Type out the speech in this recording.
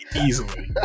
easily